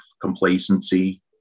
complacency